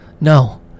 no